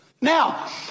now